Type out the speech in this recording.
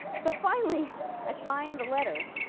so finally i find the letter,